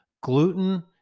Gluten